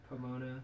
Pomona